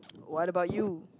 what about you